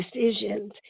decisions